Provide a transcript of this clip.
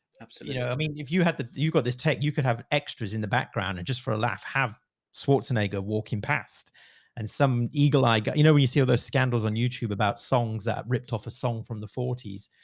absolutely. no. i mean, if you had the, you've got this tape, you could have extras in the background and just for a laugh. swartz and agar walking past and some eagle. i got, you know, when you see all those scandals on youtube about songs that ripped off a song from the forties,